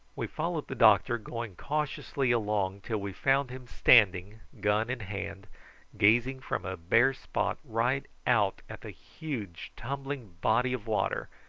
we followed the doctor, going cautiously along till we found him standing gun in hand gazing from a bare spot right out at the huge tumbling body of water,